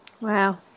Wow